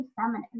feminine